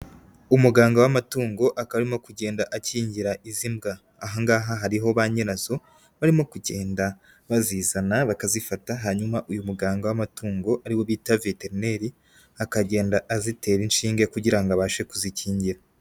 Umuganga w'amatungo akaba arimo kugenda akingira izi mbwa, aha ngaha hariho ba nyirazo barimo kugenda bazizana bakazifata hanyuma uyu muganga w'amatungo ari we bita veterineri akagenda azitera inshinge kugira ngo abashe kuzikingira.